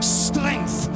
strength